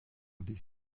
des